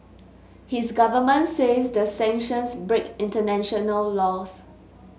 his government says the sanctions break international laws